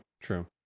True